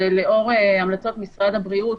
לאור המלצות משרד הבריאות,